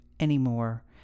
Anymore